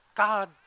God